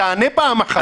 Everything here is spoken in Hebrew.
תענה פעם אחת.